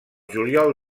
juliol